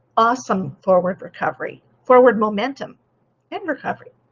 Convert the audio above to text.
awesome forward recovery, forward momentum in recovery.